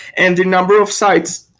and the number of sites,